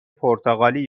پرتغالی